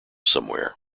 somewhere